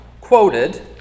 quoted